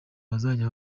bazajya